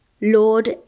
Lord